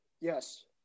Yes